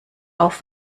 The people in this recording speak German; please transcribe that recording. auf